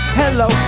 hello